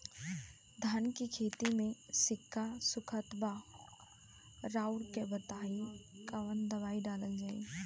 धान के खेती में सिक्का सुखत बा रउआ के ई बताईं कवन दवाइ डालल जाई?